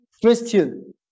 Christian